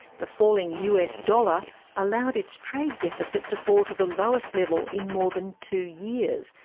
the falling us dollar allowed its trade deficit to fall to the lowest level in more than two years,